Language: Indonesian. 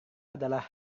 adalah